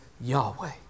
Yahweh